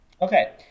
Okay